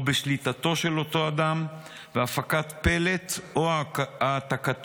בשליטתו של אותו אדם והפקת פלט או העתקו,